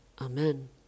Amen